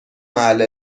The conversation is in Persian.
محل